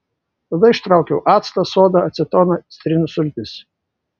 tada ištraukiau actą sodą acetoną citrinų sultis